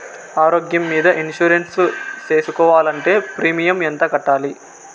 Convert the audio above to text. ఆరోగ్యం మీద ఇన్సూరెన్సు సేసుకోవాలంటే ప్రీమియం ఎంత కట్టాలి?